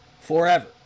forever